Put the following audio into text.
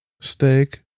Steak